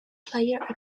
player